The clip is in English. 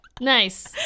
Nice